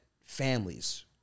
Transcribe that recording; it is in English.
families